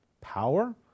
Power